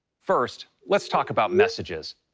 first, let's talk about messages.